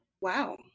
wow